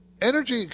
energy